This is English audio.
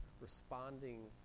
responding